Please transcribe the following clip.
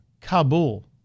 Kabul